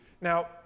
Now